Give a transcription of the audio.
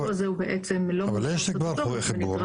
אבל יש כבר חיבור.